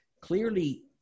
clearly